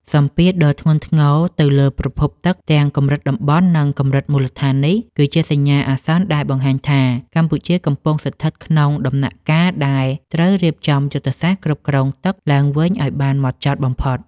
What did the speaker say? សម្ពាធដ៏ធ្ងន់ធ្ងរទៅលើប្រភពទឹកទាំងកម្រិតតំបន់ និងកម្រិតមូលដ្ឋាននេះ គឺជាសញ្ញាអាសន្នដែលបង្ហាញថា កម្ពុជាកំពុងស្ថិតក្នុងដំណាក់កាលដែលត្រូវរៀបចំយុទ្ធសាស្ត្រគ្រប់គ្រងទឹកឡើងវិញឱ្យបានម៉ត់ចត់បំផុត។